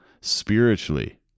spiritually